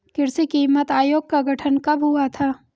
कृषि कीमत आयोग का गठन कब हुआ था?